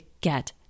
get